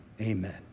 amen